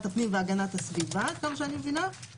הפנים והגנת הסביבה עד כמה שאני מבינה,